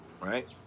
right